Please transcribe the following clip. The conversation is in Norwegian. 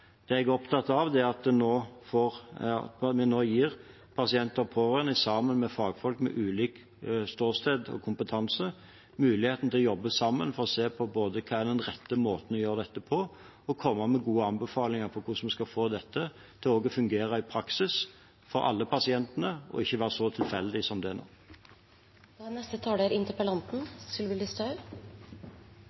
Det jeg er opptatt av, er at vi gir pasienter og pårørende, sammen med fagfolk med ulikt ståsted og ulik kompetanse, muligheten til å jobbe sammen for både å se på hva som er den rette måten å gjøre dette på, og å komme med gode anbefalinger til hvordan vi skal få dette til å fungere i praksis for alle pasienter – og ikke være så tilfeldig som det er nå. Jeg må bare si at jeg er